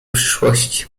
przyszłości